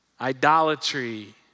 idolatry